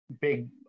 big